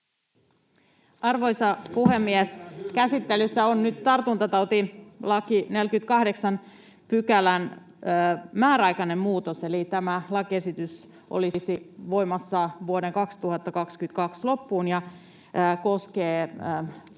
Arvoisa puhemies! Käsittelyssä on nyt tartuntalain 48 §:n määräaikainen muutos, eli tämä lakiesitys olisi voimassa vuoden 2022 loppuun ja se koskee